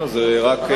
זה רק הודעה.